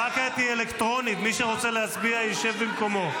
מי שרוצה להצביע, ישב במקומו.